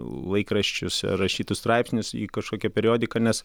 laikraščius rašytus straipsnius į kažkokią periodiką nes